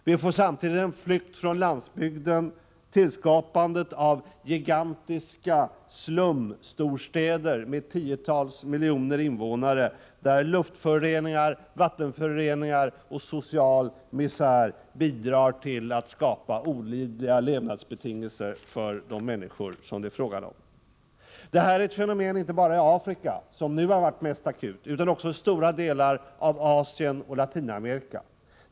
Vi får samtidigt en flykt från landsbygden, tillskapande av gigantiska slumstorstäder med tiotals miljoner invånare, där luftföroreningar, vattenföroreningar och social misär bidrar till att skapa olidliga levnadsbetingelser för de människor som bor där. Det här är ett fenomen inte bara i Afrika, som nu har varit mest akut, utan också stora delar av Asien och Latinamerika.